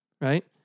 Right